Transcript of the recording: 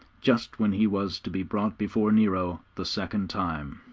just when he was to be brought before nero the second time.